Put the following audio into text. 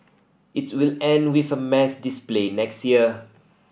it will end with a mass display next year